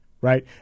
right